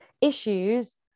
issues